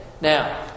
Now